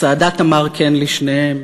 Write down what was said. סאדאת אמר כן לשניהם,